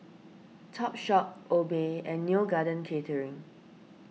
Topshop Obey and Neo Garden Catering